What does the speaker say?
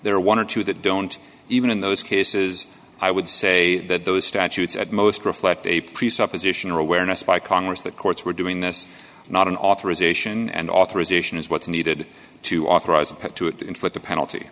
there are one or two that don't even in those cases i would say that those statutes at most reflect a pre supposition or awareness by congress the courts were doing this not an authorization and authorization is what's needed to authorize a path to inflict a penalty